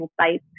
sites